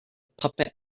puppet